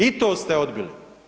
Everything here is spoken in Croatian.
I to ste odbili.